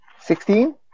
Sixteen